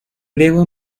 griego